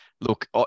look